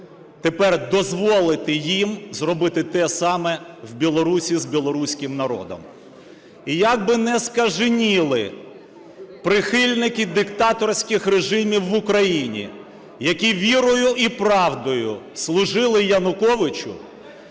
тепер дозволити їм зробити те саме в Білорусії з білоруським народом. І як би не скаженіли прихильники диктаторських режимів в Україні, які вірою і правдою служили Януковичу,